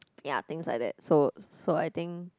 ya things like that so so I think